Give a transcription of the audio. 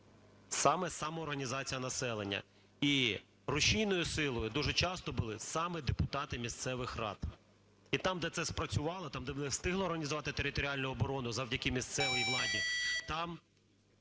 саме самоорганізація населення. І рушійною силою дуже часто були саме депутати місцевих рад. І там, де це спрацювало, там, де вони встигли організувати територіальну оборону завдяки місцевій владі, там